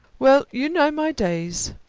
well, you know my days.